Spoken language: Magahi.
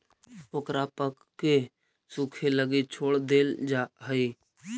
ओकरा पकके सूखे लगी छोड़ देल जा हइ